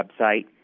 website